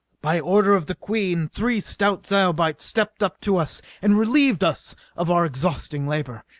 by order of the queen three stout zyobites stepped up to us and relieved us of our exhausting labor.